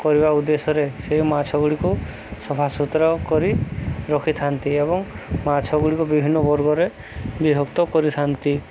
କରିବା ଉଦ୍ଦେଶ୍ୟରେ ସେଇ ମାଛ ଗୁଡ଼ିକୁ ସଫା ସୁୁତୁରା କରି ରଖିଥାନ୍ତି ଏବଂ ମାଛ ଗୁଡ଼ିକ ବିଭିନ୍ନ ବର୍ଗରେ ବିଭକ୍ତ କରିଥାନ୍ତି